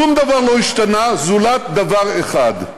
שום דבר לא השתנה, זולת דבר אחד,